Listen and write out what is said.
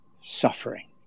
suffering